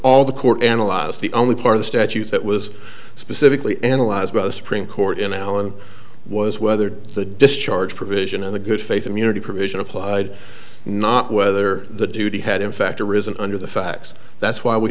all the court analyze the only part of the statute that was specifically analyzed by the supreme court in allen was whether the discharge provision in the good faith immunity provision applied not whether the duty had in fact arisen under the facts that's why we